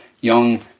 young